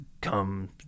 come